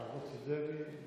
ערבות של דרעי.